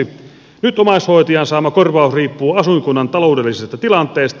nyt omaishoitajan saama korvaus riippuu asuinkunnan taloudellisesta tilanteesta